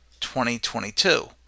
2022